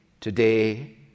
today